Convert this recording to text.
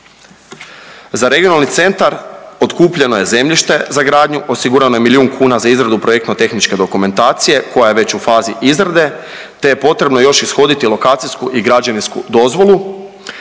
Za regionalni centar otkupljeno je zemljište za gradnju, osigurano je milijun kuna za izradu projektno tehničke dokumentacije koja je već u fazi izrade te je potrebno još ishoditi lokacijsku i građevinsku dozvolu.